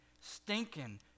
stinking